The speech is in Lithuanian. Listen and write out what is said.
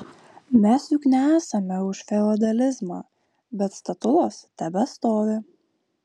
mes juk nesame už feodalizmą bet statulos tebestovi